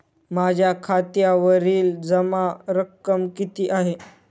माझ्या खात्यावरील जमा रक्कम किती आहे?